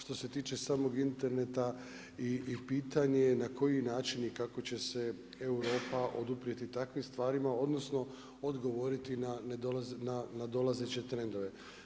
Što se tiče samog interneta i pitanje na koji način i kako će se Europa oduprijeti takvim stvarima odnosno odgovoriti na nadolazeće trendove.